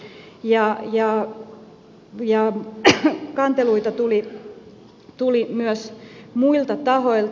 kanteluita tuli myös muilta tahoilta